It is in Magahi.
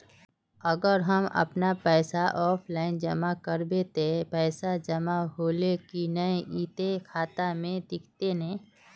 अगर हम अपन पैसा ऑफलाइन जमा करबे ते पैसा जमा होले की नय इ ते खाता में दिखते ने?